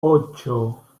ocho